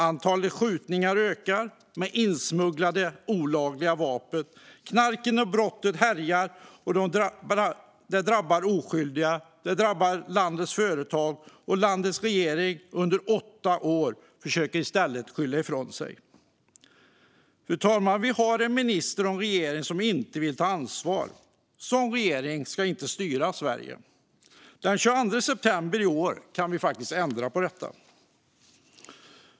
Antalet skjutningar ökar, och de sker med insmugglade olagliga vapen. Knarket och brotten härjar. Det drabbar oskyldiga. Det drabbar landets företag. Landets regering har under åtta år försökt att skylla ifrån sig. Vi har en minister och en regering som inte vill ta ansvar, fru talman. En sådan regering ska inte styra Sverige. Den 11 september i år kan vi ändra på detta.